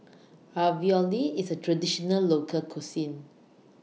Ravioli IS A Traditional Local Cuisine